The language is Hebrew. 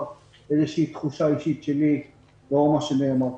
איזושהי תחושה אישית שלי לאור מה שנאמר כאן.